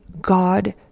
god